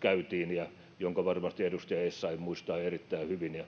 käytiin ja jonka varmasti edustaja essayah muistaa erittäin hyvin